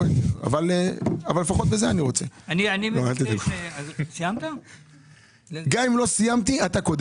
אני גם מודה על התשובה לגבי ה-5 מיליון כי הרגשתי קצת